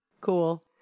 cool